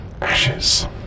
Ashes